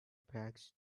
bags